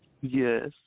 Yes